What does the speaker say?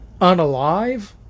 unalive